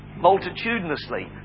multitudinously